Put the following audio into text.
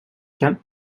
kent